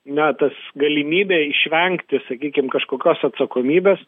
na tas galimybė išvengti sakykim kažkokios atsakomybės